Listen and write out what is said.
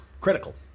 critical